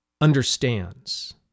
understands